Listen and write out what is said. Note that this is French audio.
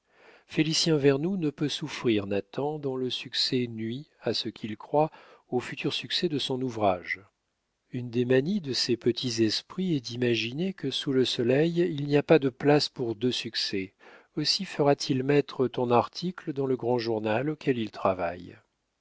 félicien vernou ne peut souffrir nathan dont le succès nuit à ce qu'il croit au futur succès de son ouvrage une des manies de ces petits esprits est d'imaginer que sous le soleil il n'y a pas de place pour deux succès aussi fera-t-il mettre ton article dans le grand journal auquel il travaille